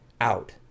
out